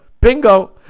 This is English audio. bingo